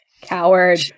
Coward